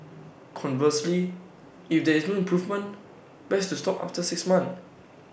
conversely if there is no improvement best to stop after six months